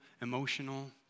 emotional